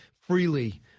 freely